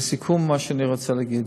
לסיכום, מה שאני רוצה להגיד: